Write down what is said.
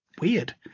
weird